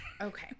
okay